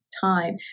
time